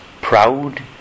proud